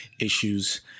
issues